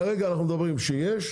כרגע אנחנו מדברים שיש,